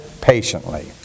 patiently